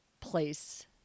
place